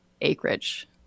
acreage